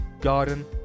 garden